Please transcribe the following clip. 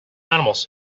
animals